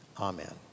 Amen